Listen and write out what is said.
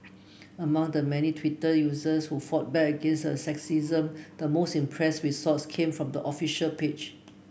among the many Twitter users who fought back against the sexism the most impress retorts came from the official page